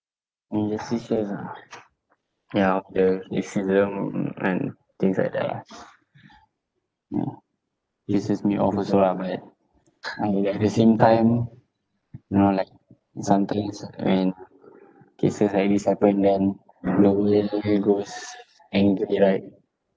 injustices ah ya the racism and things like that lah mm pisses me off also lah but uh at the same time you know like sometimes when cases like this happen when the world goes angry right